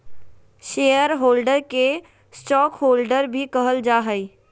share holder के stockholder भी कहल जा हइ